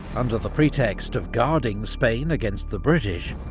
under the pretext of guarding spain against the british,